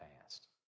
past